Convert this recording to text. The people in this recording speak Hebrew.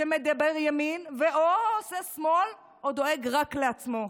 שמדבר ימין ועושה שמאל או דואג רק לעצמו.